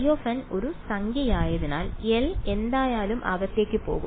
ϕn ഒരു സംഖ്യയായതിനാൽ L എന്തായാലും അകത്തേക്ക് പോകും